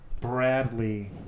Bradley